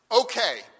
Okay